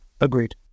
Agreed